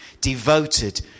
devoted